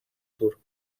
tour